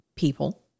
people